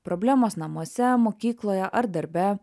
problemos namuose mokykloje ar darbe